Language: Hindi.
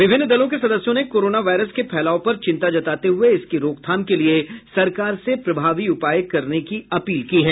विभिन्न दलों के सदस्यों ने कोरोना वायरस के फैलाव पर चिंता जताते हुए इसकी रोकथाम के लिये सरकार से प्रभावी उपाय करने की अपील की है